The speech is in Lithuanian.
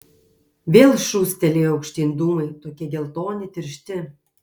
vėl šūstelėjo aukštyn dūmai tokie geltoni tiršti